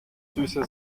süße